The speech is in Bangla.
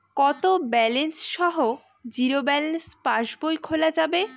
কত ব্যালেন্স সহ জিরো ব্যালেন্স পাসবই খোলা যাবে?